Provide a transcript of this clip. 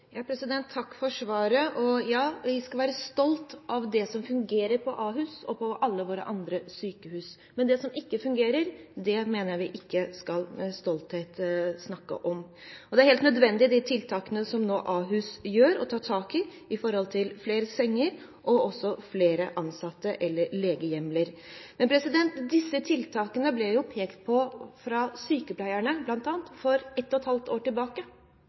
Takk for svaret. Ja, vi skal være stolte av det som fungerer på Ahus og på alle våre andre sykehus, men det som ikke fungerer, mener jeg vi ikke skal snakke med stolthet om. De er helt nødvendige, de tiltakene som Ahus nå gjør – med å skaffe flere senger og også flere ansatte eller legehjemler. Men disse tiltakene ble jo pekt på av sykepleierne, bl.a., for ett og et halvt år